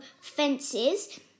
fences